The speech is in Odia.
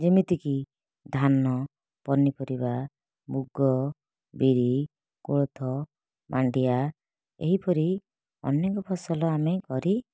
ଯେମିତିକି ଧାନ ପନିପରିବା ମୁଗ ବିରି କୋଳଥ ମାଣ୍ଡିଆ ଏହିପରି ଅନେକ ଫସଲ ଆମେ କରି